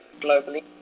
globally